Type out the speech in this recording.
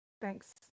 Thanks